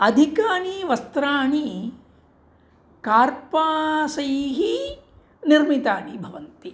अधिकानि वस्त्राणि कार्पासैः निर्मितानि भवन्ति